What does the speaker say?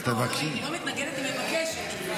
היא לא מתנגדת, היא מבקשת.